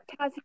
Taz